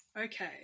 Okay